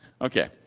Okay